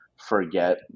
forget